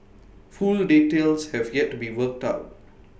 full details have yet to be worked out